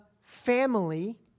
family